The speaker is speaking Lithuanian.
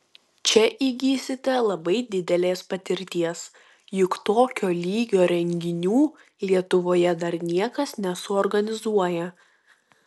čia įgysite labai didelės patirties juk tokio lygio renginių lietuvoje dar niekas nesuorganizuoja